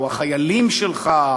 או "החיילים שלך",